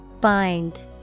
Bind